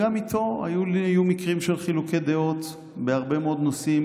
גם איתו היו מקרים של חילוקי דעות בהרבה מאוד נושאים,